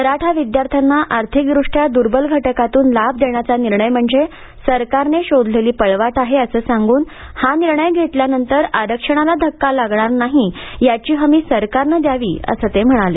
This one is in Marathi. मराठा विद्यार्थ्यांना आर्थिकदृष्टया दुर्बल घटकातून लाभ देण्याचा निर्णय म्हणजे सरकारने शोधलेली पळवाट आहे असं सांगून हा निर्णय घेतल्यानंतर आरक्षणाला धक्का लागणार नाही याची हमी सरकारने द्यावी असं ते म्हणाले